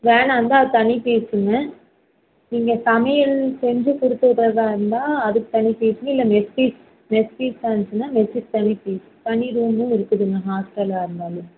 வேனாக இருந்தால் தனி ஃபீஸ்ஸுங்க நீங்கள் சமையல் செஞ்சு கொடுத்து விடுறதா இருந்தால் அதுக் தனி ஃபீஸ்ஸுங்க இல்லை மெஸ் ஃபீஸ் மெஸ் ஃபீஸ் ஆனுச்சுனா மெஸ் ஃபீஸ் தனி ஃபீஸ் தனி ரூமும் இருக்குதுங்க ஹாஸ்ட்டலாக இருந்தாலும்